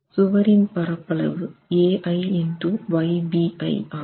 சுவரின் பரப்பளவு Ai i ஆகும்